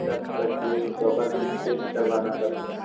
तब पर भी चोकर भी चेंज करवाना पड़ेगा